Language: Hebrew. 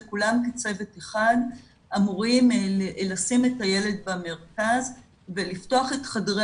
וכולם כצוות אחד אמורים לשים את הילד במרכז ולפתוח את חדרי